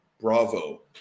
bravo